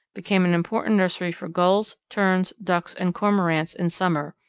became an important nursery for gulls, terns, ducks, and cormorants in summer,